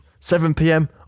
7pm